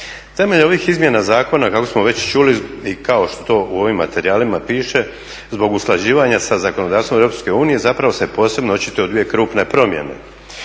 Temelj ovih izmjena zakona kako smo već čuli i kao što u ovim materijalima piše zbog usklađivanjem sa zakonodavstvom EU zapravo se posebno očituju dvije krupne promjene.